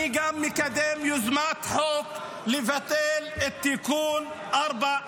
אני גם מקדם יוזמת חוק לבטל את תיקון 4,